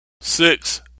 Six